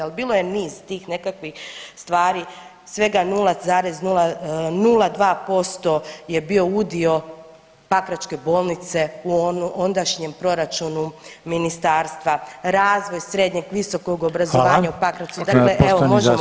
Ali bilo je niz tih nekakvih stvari svega 0,002% je bio udio pakračke bolnice u ondašnjem proračunu ministarstva, razvoj srednjeg, visokog obrazovanja [[Upadica: Hvala.]] u Pakracu, dakle evo možemo kasnije o tome.